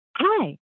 Hi